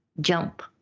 jump